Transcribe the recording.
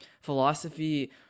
philosophy